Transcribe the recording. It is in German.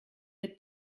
mit